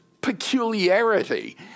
peculiarity